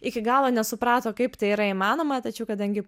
iki galo nesuprato kaip tai yra įmanoma tačiau kadangi